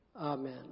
Amen